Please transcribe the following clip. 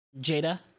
Jada